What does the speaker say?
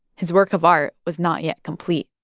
his work of art was not yet complete.